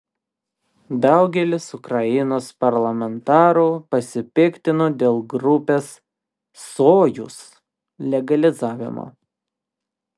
daugelis ukrainos parlamentarų pasipiktino dėl grupės sojuz legalizavimo